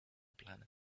planet